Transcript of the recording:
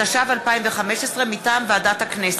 התשע"ו 2015, מטעם ועדת הכנסת.